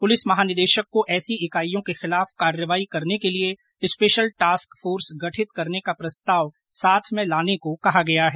police महानिदेशक को ऐसी इकाइयों के खिलाफ कार्रवाई करने के लिए स्पेशल टास्क फोर्स गठित करने का प्रस्ताव साथ में लाने को कहा गया है